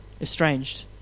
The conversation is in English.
estranged